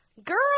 Girl